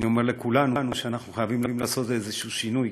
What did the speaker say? אני אומר לכולנו שאנחנו חייבים לעשות איזשהו שינוי,